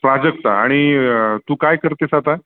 प्राजक्ता आणि तू काय करतेस आता